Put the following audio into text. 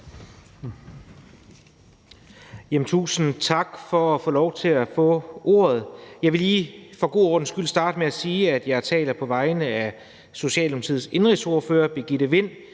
tusind tak for at få lov til at få ordet. Jeg vil lige for god ordens skyld starte med at sige, at jeg taler på vegne af Socialdemokratiets indenrigsordfører, Birgitte Vind,